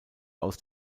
aus